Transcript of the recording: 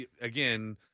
Again